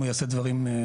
אם הוא יעשה דברים חריגים.